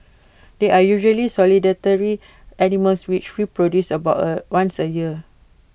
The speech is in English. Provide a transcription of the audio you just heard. they are usually solitary animals which reproduce about A once A year